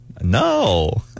no